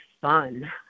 fun